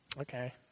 okay